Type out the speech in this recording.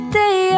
day